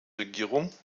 regierung